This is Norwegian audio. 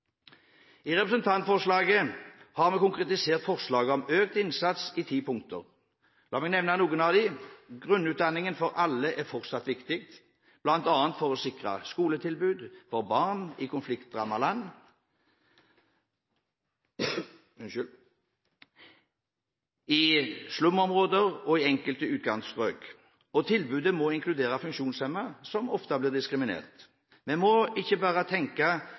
I representantforslaget har vi konkretisert forslag om økt innsats i ti punkter. La meg nevne noen av dem. Grunnutdanning for alle er fortsatt viktig, bl.a. for å sikre skoletilbud for barn i konfliktrammede land, i slumområder og i enkelte utkantstrøk. Tilbudet må inkludere funksjonshemmede, som ofte blir diskriminert. Vi må ikke bare tenke